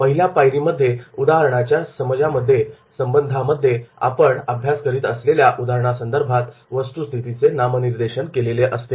पहिल्या पायरीमध्ये उदाहरणाच्या समाजामध्ये आपण अभ्यास करीत असलेल्या उदाहरणासंदर्भातील वस्तुस्थितीचे नामनिर्देशन केले जाते